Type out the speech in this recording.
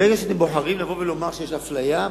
ברגע שאתם בוחרים לומר שיש אפליה,